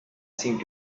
seemed